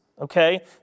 okay